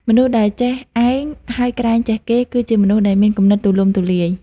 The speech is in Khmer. មនុស្សដែលចេះឯងហើយក្រែងចេះគេ គឺជាមនុស្សដែលមានគំនិតទូលំទូលាយ។